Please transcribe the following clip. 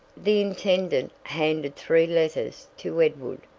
the intendant handed three letters to edward,